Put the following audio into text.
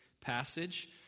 passage